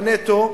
בנטו,